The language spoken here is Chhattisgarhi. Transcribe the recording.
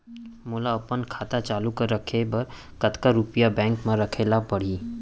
मोला अपन खाता चालू रखे बर कतका रुपिया बैंक म रखे ला परही?